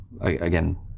Again